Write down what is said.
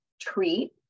treat